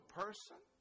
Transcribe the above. person